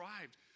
arrived